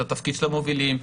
את התפקיד של המובילים,